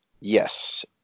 yes